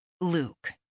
Luke